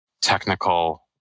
technical